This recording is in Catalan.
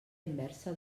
inversa